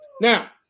now